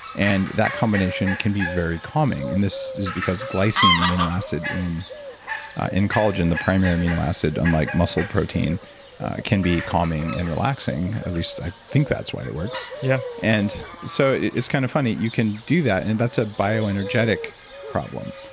and that combination can be very calming. and this is because glycine, the amino acid, in in collagen the primary amino acid, unlike muscle protein can be calming and relaxing, at least i think that's why it works yeah and so it's kind of funny. you can do that and that's a bioenergetics problem.